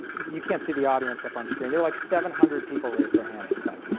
you can't see the audience up on screen, there are like seven hundred people raised their hands just then,